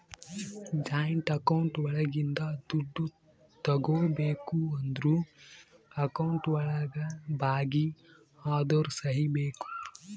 joint account ಒಳಗಿಂದ ದುಡ್ಡು ತಗೋಬೇಕು ಅಂದ್ರು ಅಕೌಂಟ್ ಒಳಗ ಭಾಗಿ ಅದೋರ್ ಸಹಿ ಬೇಕು